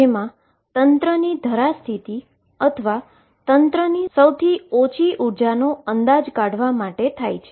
જેમા તંત્ર ની ગ્રાઉન્ડ સ્ટેટઅથવા તંત્ર ની સૌથી લોએસ્ટ એનર્જીનો અંદાજ કાઢવા માટે થાય છે